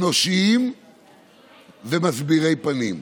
אנושיים ומסבירי פנים.